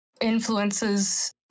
influences